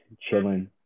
chilling